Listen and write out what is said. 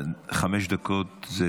חמש דקות זה